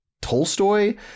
Tolstoy